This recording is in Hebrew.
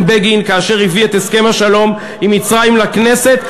בגין כאשר הוא הביא את הסכם השלום עם מצרים לכנסת,